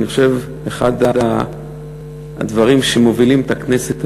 אני חושב שזה אחד הדברים שמובילים את הכנסת הזאת,